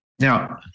Now